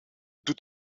doet